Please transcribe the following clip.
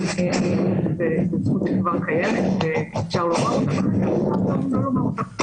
אבל זו זכות שכבר קיימת ואפשר לומר אותה ואפשר גם לא לומר אותה.